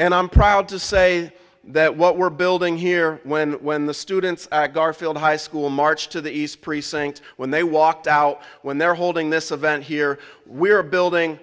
and i'm proud to say that what we're building here when when the students garfield high school marched to the east precinct when they walked out when they're holding this event here we are building